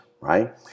right